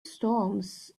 storms